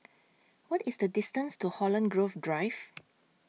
What IS The distance to Holland Grove Drive